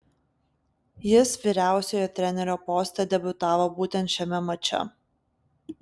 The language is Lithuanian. jis vyriausiojo trenerio poste debiutavo būtent šiame mače